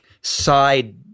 side